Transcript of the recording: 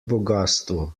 bogastvo